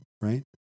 right